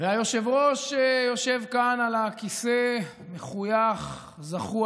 והיושב-ראש יושב כאן על הכיסא מחויך, זחוח.